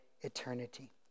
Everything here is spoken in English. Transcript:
eternity